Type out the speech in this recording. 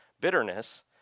bitterness